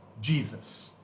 Jesus